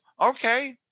okay